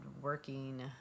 working